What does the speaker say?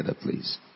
please